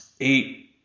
eight